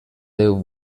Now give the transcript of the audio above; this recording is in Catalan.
déu